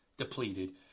Depleted